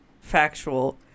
factual